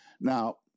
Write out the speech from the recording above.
Now